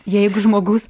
jeigu žmogus